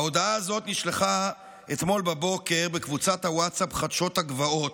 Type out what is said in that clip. ההודעה הזאת נשלחה אתמול בבוקר בקבוצת הווטסאפ "חדשות הגבעות",